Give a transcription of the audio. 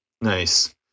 Nice